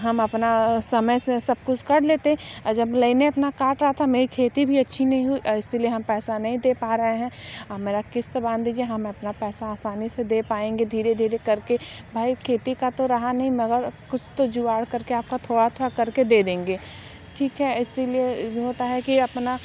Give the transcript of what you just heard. हम अपना समय से सब कुछ कर लेते और जब लाइन ही इतना काट रहा था मेरी खेती भी अच्छी नहीं हुई इसलिए हम पैसा नहीं दे पा रहे हैं आ मेरा किश्त बांध दीजिए हमें अपना पैसा आसानी से दे पाएंगे धीरे धीरे करके भाई खेती का तो रहा नहीं मगर कुछ तो जुगाड़ करके आपका थोड़ा था करके दे देंगे ठीक है इसीलिए होता है कि अपना